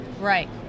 Right